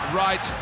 right